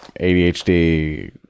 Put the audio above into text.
ADHD